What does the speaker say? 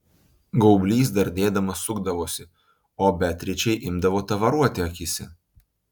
gaublys dardėdamas sukdavosi o beatričei imdavo tavaruoti akyse